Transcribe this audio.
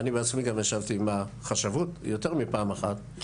גם אני ישבתי עם החשבות יותר מפעם אחת,